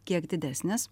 kiek didesnės